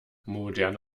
moderne